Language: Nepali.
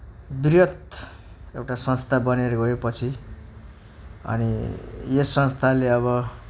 वृहत एउटा संस्था बनेर गयो पछि अनि यस संस्थाले अब